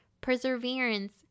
perseverance